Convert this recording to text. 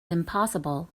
impossible